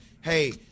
hey